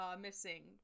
missing